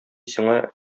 сиңа